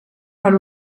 per